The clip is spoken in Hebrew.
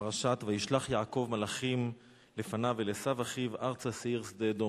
פרשת "וישלח יעקב מלאכים לפניו אל עשו אחיו ארצה שעיר שדה אדום".